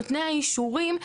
נותני האישורים,